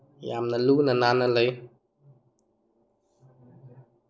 ꯌꯥꯝꯅ ꯂꯨꯅ ꯅꯥꯟꯅ ꯂꯩ